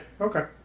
Okay